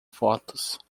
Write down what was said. fotos